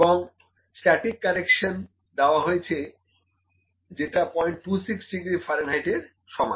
এবং static correction দেওয়া হয়েছে যেটা 026 ডিগ্রি ফারেনহাইট এর সমান